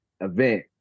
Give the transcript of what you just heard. event